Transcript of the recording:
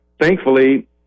Thankfully –